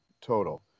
total